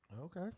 Okay